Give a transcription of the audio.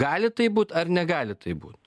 gali taip būt ar negali taip būt